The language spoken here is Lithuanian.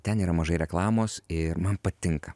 ten yra mažai reklamos ir man patinka